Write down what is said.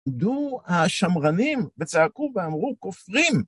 עמדו השמרנים וצעקו ואמרו, כופרים!